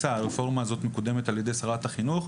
הרפורמה הזאת מקודמת על ידי שרת החינוך,